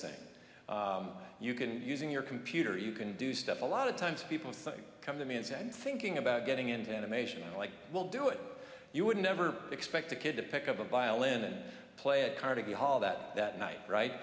thing you can using your computer you can do stuff a lot of times people come to me and said thinking about getting into animation like we'll do it you would never expect a kid to pick up a violin and play at carnegie hall that that night right